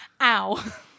ow